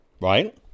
right